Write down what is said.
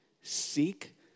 Seek